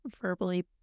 verbally